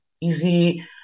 easy